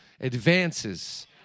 advances